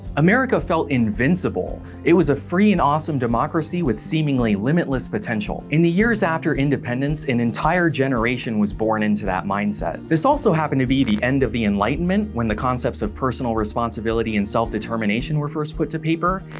america felt invincible, it was a free and awesome democracy with seemingly limitless potential. in the years after independence, an entire generation was born into that mindset. this also happened to be the end of the enlightenment, when the concepts of personal responsibility and self-determination were first put to paper,